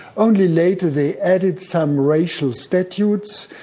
only later they added some racial statutes,